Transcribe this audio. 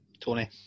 Tony